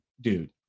dude